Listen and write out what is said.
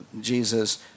Jesus